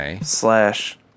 slash